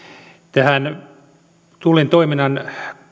tähän tullin toiminnan